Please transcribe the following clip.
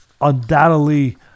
undoubtedly